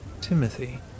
timothy